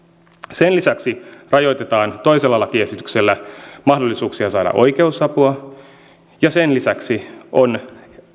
sen lisäksi rajoitetaan toisella lakiesityksellä mahdollisuuksia saada oikeusapua ja sen lisäksi on